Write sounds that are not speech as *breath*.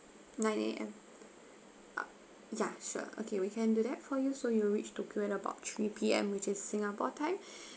nine A_M *noise* ya sure okay we can do that for you so you'll reach tokyo at about three P_M which is singapore time *breath*